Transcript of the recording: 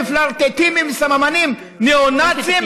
מפלרטטות עם סממנים ניאו-נאציים.